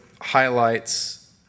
highlights